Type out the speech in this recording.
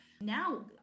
Now